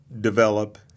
develop